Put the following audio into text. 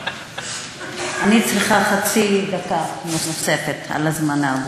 אני צריכה דקה, חצי דקה נוספת על הזמן.